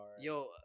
Yo